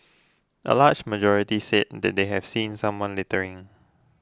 a large majority said that they have seen someone littering